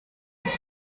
und